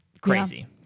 crazy